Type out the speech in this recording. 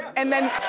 and then,